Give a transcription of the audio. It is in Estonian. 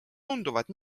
tunduvad